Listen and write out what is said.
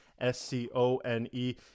S-C-O-N-E